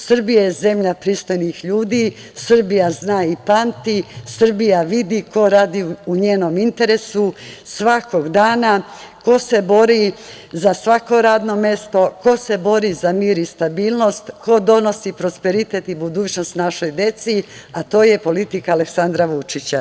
Srbija je zemlja pristojnih ljudi, Srbija zna i pamti, Srbija vidi ko radi u njenom interesu svakog dana, ko se bori za svako radno mesto, ko se bori za mir i stabilnost, ko donosi prosperitet i budućnost našoj deci, a to je politika Aleksandra Vučića.